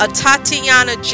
Atatiana